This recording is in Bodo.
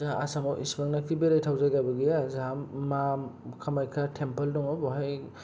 जोहा आसामाव एसेबांनाखि बेरायथाव जायगाबो गैया जोहा मा कामाख्या टेमफोल दङ बावहाय